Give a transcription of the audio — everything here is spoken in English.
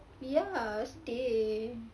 ya sedih